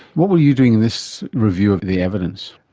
what were you doing in this review of the evidence?